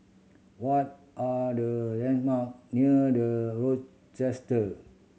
what are the landmark near The Rochester